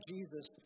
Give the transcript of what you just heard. Jesus